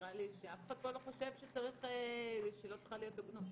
נראה לי שאף אחד פה לא חושב שלא צריכה להיות הוגנות.